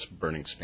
burning